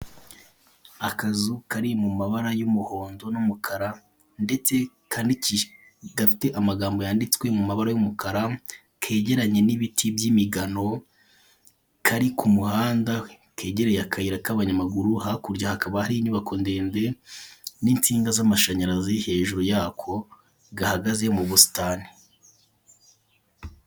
Akazu kari mu mabara y'umuhondo n'umukara ndetse gafite amagambo yanditswe mu mabara y'umukara, kegeranye n'ibiti by'imigano, kari ku muhanda kegereye akayira k'abanyamaguru. Hakurya hakaba hari inyubako ndende n'insinga z'amashanyarazi hejuru yako, gahagaze mu busitani.